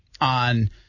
on